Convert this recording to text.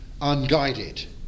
unguided